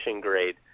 grade